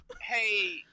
Hey